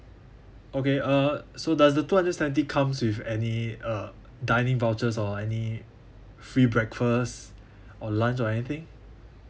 okay uh so does the two hundred seventy comes with any uh dining vouchers or any free breakfast or lunch or anything